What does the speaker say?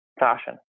Fashion